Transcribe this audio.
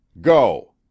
go